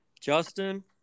justin